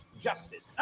justice